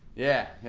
yeah,